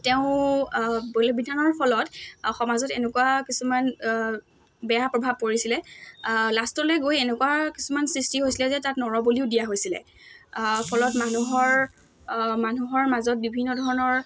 তেওঁ বলি বিধানৰ ফলত সমাজত এনেকুৱা কিছুমান বেয়া প্ৰভাৱ পৰিছিলে লাষ্টলৈ গৈ এনেকুৱা কিছুমান সৃষ্টি হৈছিলে যে তাত নৰ বলিও দিয়া হৈছিলে ফলত মানুহৰ মানুহৰ মাজত বিভিন্ন ধৰণৰ